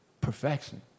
perfection